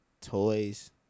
toys